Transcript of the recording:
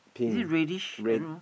pink red